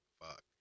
Fuck